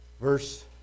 verse